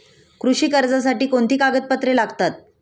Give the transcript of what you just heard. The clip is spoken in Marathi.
कृषी कर्जासाठी कोणती कागदपत्रे लागतात?